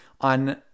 on